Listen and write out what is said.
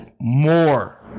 more